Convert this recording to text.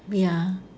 ya